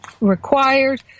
required